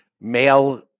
male